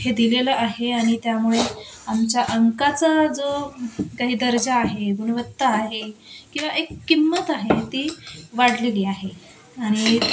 हे दिलेलं आहे आणि त्यामुळे आमच्या अंकाचा जो काही दर्जा आहे गुणवत्ता आहे किंवा एक किंमत आहे ती वाढलेली आहे आणि